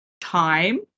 time